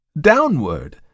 Downward